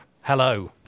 Hello